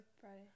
Friday